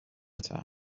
تلخ